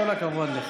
כל הכבוד לך.